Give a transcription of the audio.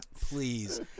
Please